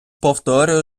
повторюю